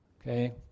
Okay